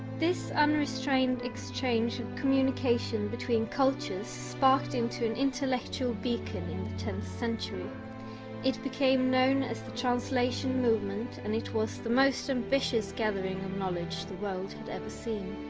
this unrestrained exchange of communication between cultures sparked into an intellectual beacon in tenth century it became known as the translation movement, and it was the most ambitious gathering of knowledge the world had ever seen